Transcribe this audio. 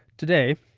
today,